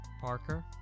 Parker